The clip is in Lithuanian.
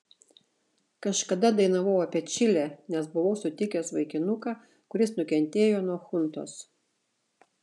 kažkada dainavau apie čilę nes buvau sutikęs vaikinuką kuris nukentėjo nuo chuntos